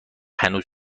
هنوز